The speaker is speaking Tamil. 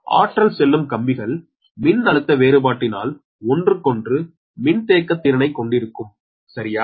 எனவே ஆற்றல் செல்லும் கம்பிகள் மின் அழுத்த வேறுபாட்டினாள் ஒன்றுக்கொன்று மின்தேக்குத் திறனை கொண்டிருக்கும் சரியா